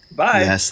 bye